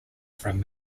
from